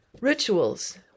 rituals